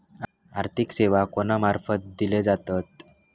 आर्थिक सेवा कोणा मार्फत दिले जातत?